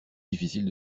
difficile